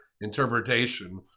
interpretation